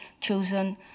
chosen